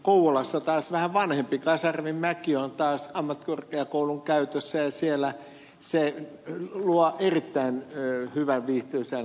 kouvolassa taas vähän vanhempi kasarminmäki on ammattikorkeakoulun käytössä ja siellä se luo erittäin hyvän viihtyisän kokonaisympäristön